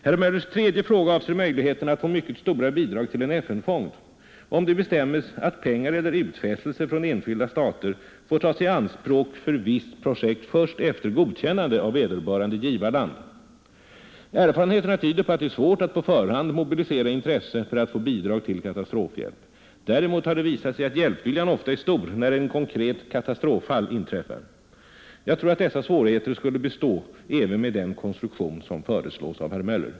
Herr Möllers tredje fråga avser möjligheten att få mycket stora bidrag till en FN-fond, om det bestämmes att pengar eller utfästelser från enskilda stater får tas i anspråk för visst projekt först efter godkännande av vederbörande givarland. Erfarenheterna tyder på att det är svårt att på förhand mobilisera intresse för att få bidrag till katastrofhjälp. Däremot har det visat sig att hjälpviljan ofta är stor när ett konkret katastroffall inträffar. Jag tror att dessa svårigheter skulle bestå även med den konstruktion som föreslås av herr Möller.